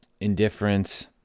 indifference